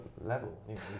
level